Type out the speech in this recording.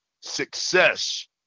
success